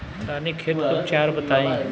रानीखेत के उपचार बताई?